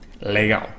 legal